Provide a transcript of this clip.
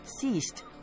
ceased